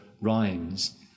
rhymes